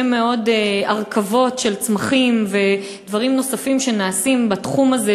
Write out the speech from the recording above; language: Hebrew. מאוד הרכבות של צמחים ודברים נוספים שנעשים בתחום הזה,